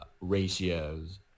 ratios